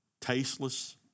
tasteless